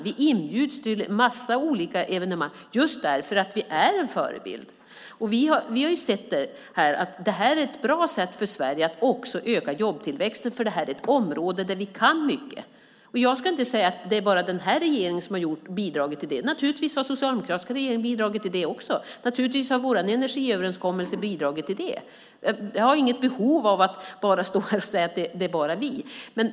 Vi inbjuds till en massa olika evenemang just därför att vi är en förebild. Vi har sett att det här är ett bra sätt för Sverige att också öka jobbtillväxten, för på det här området kan vi mycket. Jag ska inte säga att det är bara den här regeringen som har bidragit till det. Naturligtvis har också den socialdemokratiska regeringen bidragit till det, och naturligtvis har vår energiöverenskommelse bidragit till det. Jag har inget behov av att stå här och säga att det bara är vi.